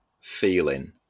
feeling